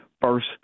first